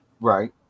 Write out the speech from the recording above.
Right